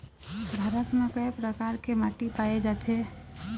भारत म कय प्रकार के माटी पाए जाथे?